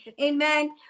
amen